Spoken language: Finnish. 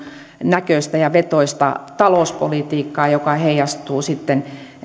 näköistä ja vetoista talouspolitiikkaa joka heijastuu sitten